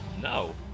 No